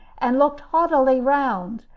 and looked haughtily round,